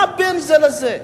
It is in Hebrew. מה בין זה לזה?